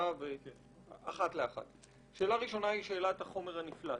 שאלה ראשונה היא שאלת החומר הנפלט.